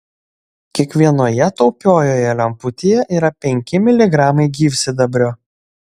kiekvienoje taupiojoje lemputėje yra penki miligramai gyvsidabrio